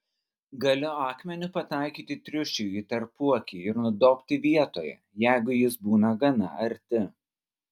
galiu akmeniu pataikyti triušiui į tarpuakį ir nudobti vietoje jeigu jis būna gana arti